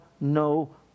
no